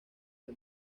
del